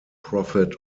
prophet